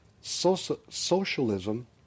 socialism